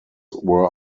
were